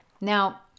Now